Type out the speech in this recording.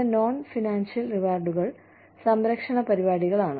ചില non financial റിവാർഡുകൾ സംരക്ഷണ പരിപാടികളാണ്